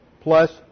plus